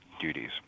duties